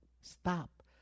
stop